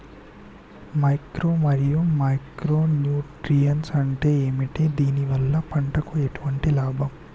Macro మరియు micro nutrients అంటే ఏమిటి? దీనివల్ల పంటకు ఎటువంటి లాభం?